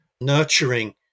nurturing